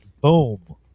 boom